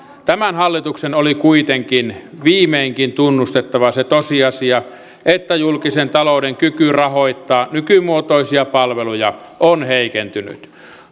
tämän hallituksen oli kuitenkin viimeinkin tunnustettava se tosiasia että julkisen talouden kyky rahoittaa nykymuotoisia palveluja on heikentynyt